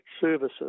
services